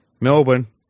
Melbourne